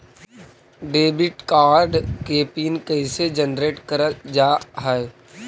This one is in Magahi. डेबिट कार्ड के पिन कैसे जनरेट करल जाहै?